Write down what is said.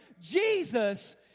Jesus